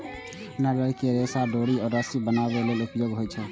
नारियल के रेशा डोरी या रस्सी बनाबै लेल उपयोगी होइ छै